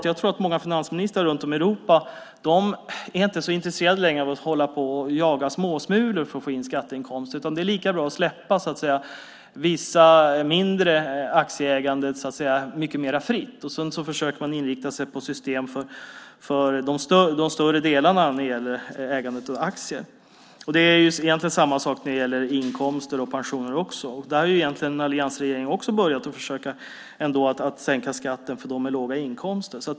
Jag tror att många finansministrar runt om i Europa inte är så intresserade längre av att hålla på och jaga småsmulor för att få in skatteinkomster. Det är lika bra att släppa visst mindre aktieägande mycket mera fritt. Sedan försöker man inrikta sig på system för de större delarna när det gäller ägande av aktier. Det är egentligen samma sak när det gäller inkomster och pensioner. Där har alliansregeringen börjat försöka att sänka skatten för dem med låga inkomster.